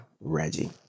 Reggie